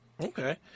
okay